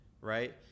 right